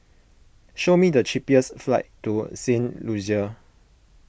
show me the cheapest flights to Saint Lucia